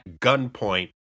gunpoint